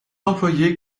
employé